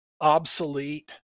obsolete